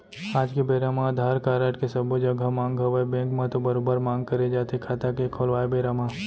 आज के बेरा म अधार कारड के सब्बो जघा मांग हवय बेंक म तो बरोबर मांग करे जाथे खाता के खोलवाय बेरा म